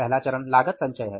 पहला चरण लागत संचय है